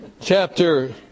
chapter